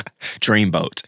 Dreamboat